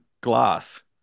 glass